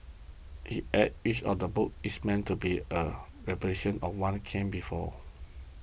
he adds each of the books is meant to be a repudiation of one came before